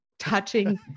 touching